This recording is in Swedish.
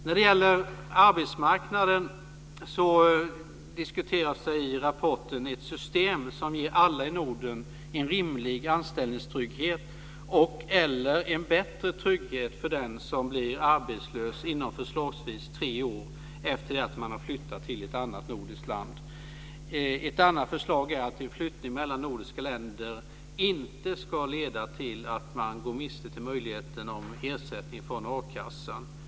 När det gäller arbetsmarknaden diskuteras i rapporten ett system som ger alla i Norden en rimlig anställningstrygghet och/eller en bättre trygghet för den som blir arbetslös inom förslagsvis tre år efter flytten till ett annat nordiskt land. Ett annat förslag är att en flyttning mellan nordiska länder inte ska leda till att man går miste om möjligheten till ersättning från a-kassa.